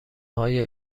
های